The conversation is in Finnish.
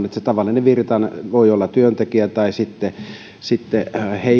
että se tavallinen virtanen voi olla työntekijä tai sitten sitten